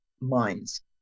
minds